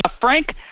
Frank